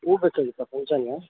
ಹೂ ಬೇಕಾಗಿತ್ತಾ ಫಂಕ್ಷನ್ಗೆ